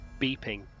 beeping